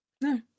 No